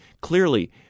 clearly